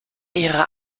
ihrer